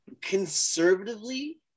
conservatively